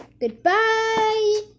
Goodbye